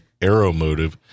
Aeromotive